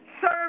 Serve